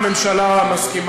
אתם, אני,